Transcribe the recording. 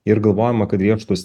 ir galvojama kad riešutus